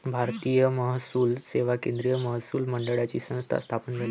भारतीय महसूल सेवा केंद्रीय महसूल मंडळाची संस्था स्थापन झाली